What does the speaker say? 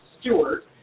Stewart